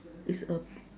it's a